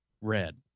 red